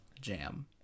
jam